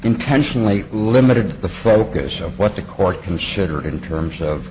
intentionally limited the focus of what the court can sugar in terms of